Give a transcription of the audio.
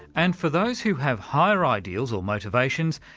and for those who have higher ideals or motivations,